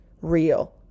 real